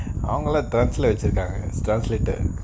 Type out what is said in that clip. அவங்க எல்லா:avanga ella drugs வச்சு இருக்காங்க:vachu irukaanga drugs later